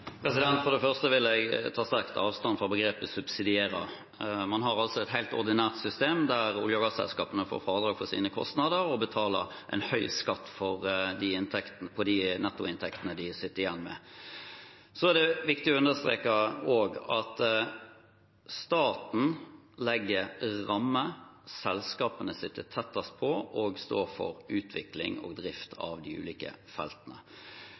For det første vil jeg ta sterkt avstand fra begrepet «subsidiere». Man har altså et helt ordinært system der olje- og gasselskapene får fradrag for sine kostnader og betaler en høy skatt på de nettoinntektene de sitter igjen med. Så er det også viktig å understreke at staten legger rammer, selskapene sitter tettest på og står for utvikling og drift av de ulike feltene.